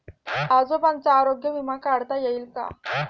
आजोबांचा आरोग्य विमा काढता येईल का?